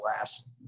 last